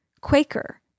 Quaker